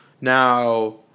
Now